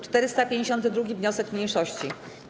452. wniosek mniejszości.